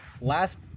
last